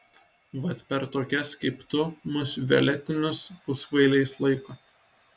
vat per tokias kaip tu mus violetinius puskvailiais laiko